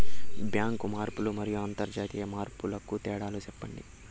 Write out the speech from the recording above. Bank మార్పులు మరియు అంతర్జాతీయ మార్పుల కు తేడాలు సెప్పండి?